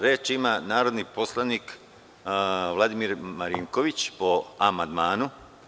Reč ima narodni poslanik Vladimir Marinković, po amandmanu.